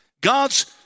God's